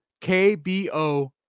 KBO